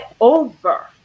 over